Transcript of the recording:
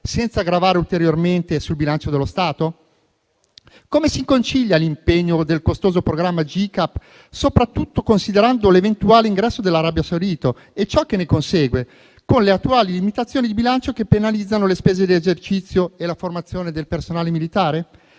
senza gravare ulteriormente sul bilancio dello Stato e come si concilia l'impegno del costoso programma GCAP, soprattutto considerando l'eventuale ingresso dell'Arabia Saudita e ciò che ne consegue, con le attuali limitazioni di bilancio che penalizzano le spese di esercizio e la formazione del personale militare.